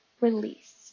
release